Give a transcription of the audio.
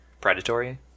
Predatory